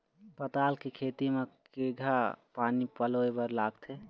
पताल के खेती म केघा पानी पलोए बर लागथे?